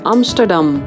Amsterdam